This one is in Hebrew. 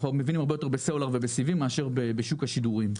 אנחנו מבינים הרבה יותר בסלולר ובסיבים מאשר בשוק השידורים.